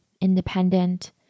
independent